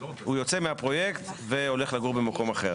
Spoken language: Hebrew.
הוא יוצא מהפרויקט והולך לגור במקום אחר.